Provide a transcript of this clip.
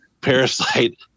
Parasite